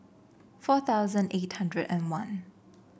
four thousand eight hundred and one